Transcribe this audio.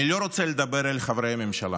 אני לא רוצה לדבר אל חברי הממשלה.